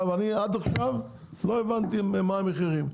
אני עד עכשיו לא הבנתי מה המחירים.